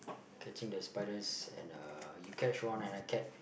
catching the spiders and uh you catch one and I catch